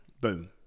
Boom